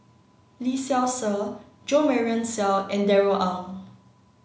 Lee Seow Ser Jo Marion Seow and Darrell Ang